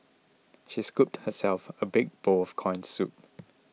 she scooped herself a big bowl of Corn Soup